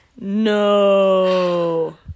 no